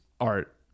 art